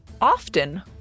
often